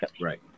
right